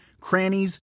crannies